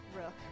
Rook